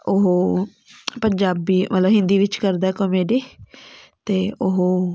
ਉਹ ਪੰਜਾਬੀ ਮਤਲਬ ਹਿੰਦੀ ਵਿੱਚ ਕਰਦਾ ਕੋਮੇਡੀ ਅਤੇ ਉਹ